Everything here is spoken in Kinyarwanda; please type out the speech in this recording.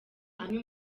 amwe